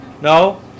No